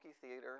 theater